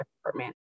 department